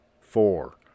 four